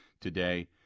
today